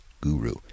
guru